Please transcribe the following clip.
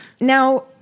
Now